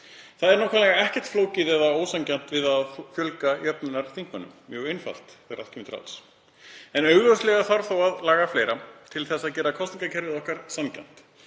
Það er nákvæmlega ekkert flókið eða ósanngjarnt við að fjölga jöfnunarþingmönnum, mjög einfalt þegar allt kemur til alls. En augljóslega þarf þó að laga fleira til að gera kosningakerfi okkar sanngjarnt.